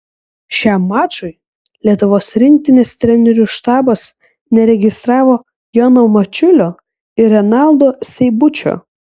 šiam mačui lietuvos rinktinės trenerių štabas neregistravo jono mačiulio ir renaldo seibučio